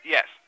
Yes